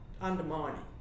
undermining